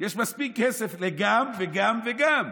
יש מספיק כסף לגם וגם וגם.